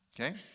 okay